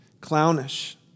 clownish